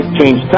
change